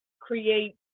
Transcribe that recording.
create